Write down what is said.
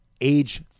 age